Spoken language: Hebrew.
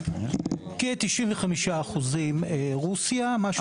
כ-95% רוסיה.